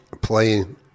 playing